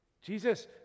Jesus